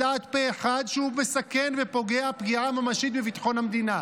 דעת פה אחד שהוא מסכן ופוגע פגיעה ממשית בביטחון המדינה,